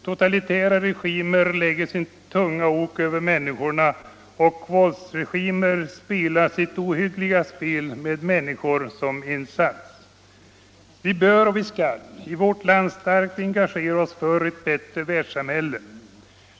Totalitära regimer lägger sitt tunga ok över människorna, och våldsregimer spelar sitt ohyggliga spel med människor som insats. Vi bör och skall i vårt land starkt engagera oss för ett bättre världssamhälle.